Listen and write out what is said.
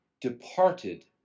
departed